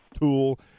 tool